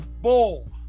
bull